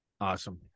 Awesome